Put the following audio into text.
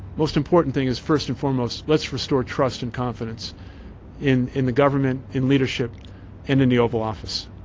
most important thing is, first and foremost, let's restore trust and confidence in in the government, in leadership and in the oval office.